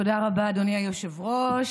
תודה רבה, אדוני היושב-ראש.